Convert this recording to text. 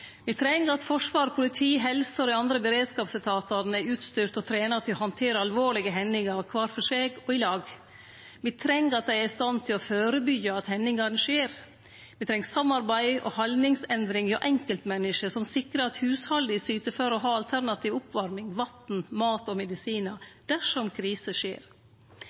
treng at forsvar, politi, helse og dei andre beredskapsetatane er utstyrte og trena til å handtere alvorlege hendingar kvar for seg og i lag. Me treng at dei er stand til å førebyggje at hendingane skjer. Me treng samarbeid og haldningsendring hjå enkeltmenneske som sikrar at hushalda syter for å ha alternativ oppvarming, vatn, mat og medisinar dersom kriser skjer.